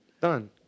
Done